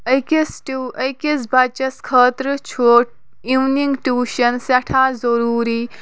أکِس ٹیوٗ أکِس بَچَس خٲطرٕ چُھ اِونِنٛگ ٹیوٗشَن سٮ۪ٹھاہ ضروٗری